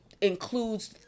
includes